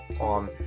on